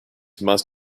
must